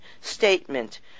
statement